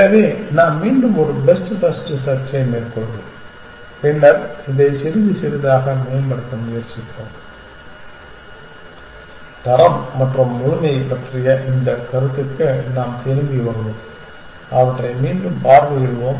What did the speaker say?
எனவே நாம் மீண்டும் ஒரு பெஸ்ட் ஃபர்ஸ்ட் செர்ச்சை மேற்கொள்வோம் பின்னர் இதை சிறிது சிறிதாக மேம்படுத்த முயற்சிப்போம் தரம் மற்றும் முழுமை பற்றிய இந்த கருத்துக்கு நாம் திரும்பி வருவோம் அவற்றை மீண்டும் பார்வையிடுவோம்